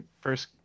first